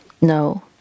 no